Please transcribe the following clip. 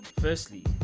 firstly